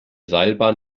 seilbahn